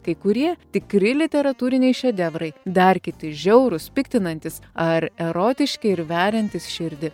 kai kurie tikri literatūriniai šedevrai dar kiti žiaurūs piktinantys ar erotiški ir veriantys širdį